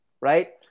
right